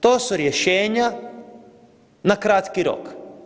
To su rješenja na kratki rok.